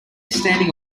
standing